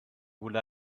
would